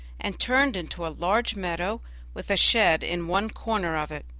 and turned into a large meadow with a shed in one corner of it.